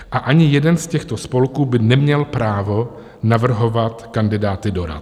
A ani jeden z těchto spolků by neměl právo navrhovat kandidáty do rad.